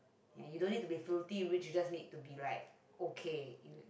ya you don't need to be filthy rich you just need to be like okay you know